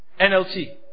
NLT